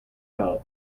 out